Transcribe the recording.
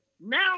now